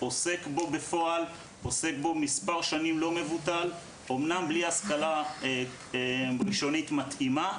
עוסק בו בפועל בלי השכלה ראשונית מתאימה.